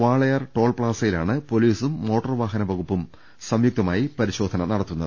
വാളയാർ ടോൾപ്പാസയിലാണ് പോലീസും മോട്ടോർ വാഹന വകുപ്പും സംയുക്തമായി പരിശോധന നടത്തുന്നത്